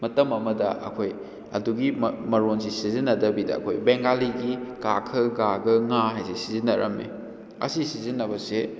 ꯃꯇꯝ ꯑꯃꯗ ꯑꯩꯈꯣꯏ ꯑꯗꯨꯒꯤ ꯃꯔꯣꯟꯁꯦ ꯁꯤꯖꯤꯟꯅꯗꯕꯤꯗ ꯑꯩꯈꯣꯏ ꯕꯦꯡꯒꯥꯂꯤꯒꯤ ꯀꯥ ꯈꯥ ꯒꯥ ꯘꯥ ꯉꯥ ꯍꯥꯏꯁꯦ ꯁꯤꯖꯤꯟꯅꯔꯝꯃꯤ ꯑꯁꯤ ꯁꯤꯖꯤꯟꯅꯕꯁꯦ